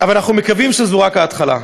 אבל אנחנו מקווים שזו רק ההתחלה.